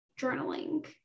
journaling